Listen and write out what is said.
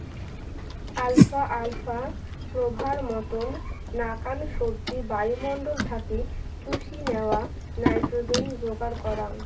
alpha আলফা, clover মতন নাকান সবজি বায়ুমণ্ডল থাকি চুষি ন্যাওয়া নাইট্রোজেন যোগার করাঙ